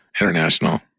International